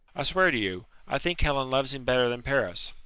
i swear to you i think helen loves him better than paris.